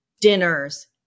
dinners